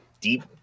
deep